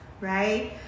right